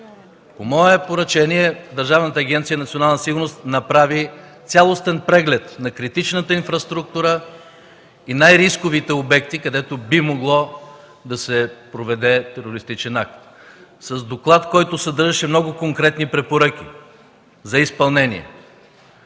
по мое поръчение Държавната агенция „Национална сигурност” направи цялостен преглед на критичната инфраструктура и най-рисковите обекти, където би могло да се проведе терористичен акт. Докладът съдържаше много конкретни препоръки за изпълнение.